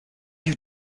you